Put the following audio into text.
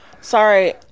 Sorry